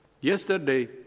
Yesterday